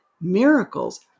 miracles